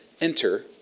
enter